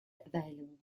available